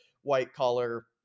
white-collar